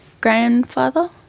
grandfather